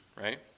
right